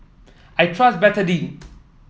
I trust Betadine